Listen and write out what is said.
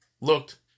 looked